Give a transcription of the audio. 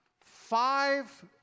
five